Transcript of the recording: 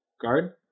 Guard